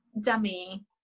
Dummy